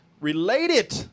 related